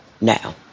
now